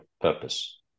purpose